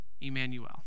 Emmanuel